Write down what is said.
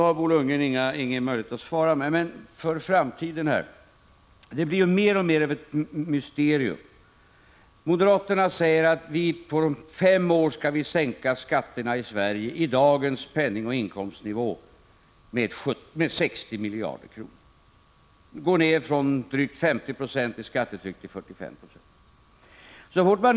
Jag är medveten om att Bo Lundgren inte har möjlighet att i detta replikskifte ge ett svar, men för framtiden vill jag säga följande. Det här blir ett allt större mysterium. Moderaterna säger nämligen att skatterna i Sverige skall sänkas om fem år — med utgångspunkt i dagens pennningoch inkomstnivå — med 60 miljarder kronor. Skattetrycket sänks från drygt 50 26 till 45 96.